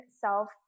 self